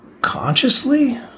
consciously